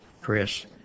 Chris